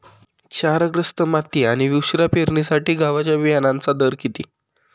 क्षारग्रस्त माती आणि उशिरा पेरणीसाठी गव्हाच्या बियाण्यांचा दर किती?